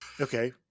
Okay